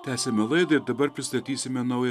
tęsiame laidą ir dabar pristatysime naują